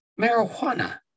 marijuana